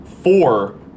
Four